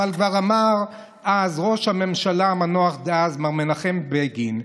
אבל כבר אמר אז ראש הממשלה המנוח מר מנחם בגין,